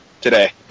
today